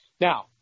Now